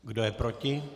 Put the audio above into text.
Kdo je proti?